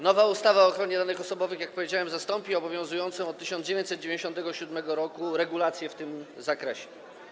Nowa ustawa o ochronie danych osobowych, jak powiedziałem, zastąpi obowiązującą od 1997 r. regulację w tym zakresie.